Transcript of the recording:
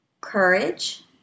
courage